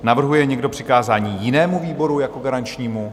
Navrhuje někdo přikázání jinému výboru jako garančnímu?